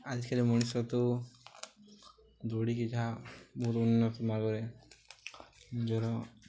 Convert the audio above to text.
ଆଜିକାଲି ମଣିଷ ତ ଦୌଡ଼ିକି ଯାହା ବହୁତ ଉନ୍ନତି ମାର୍ଗରେ ଧର